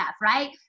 right